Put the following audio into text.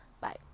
bye